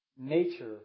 Nature